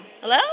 Hello